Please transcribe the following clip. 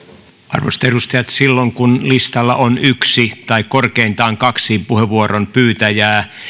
arvoisat edustajat silloin kun listalla on yksi tai korkeintaan kaksi puheenvuoron pyytäjää